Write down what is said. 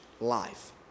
life